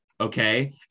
okay